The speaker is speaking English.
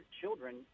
children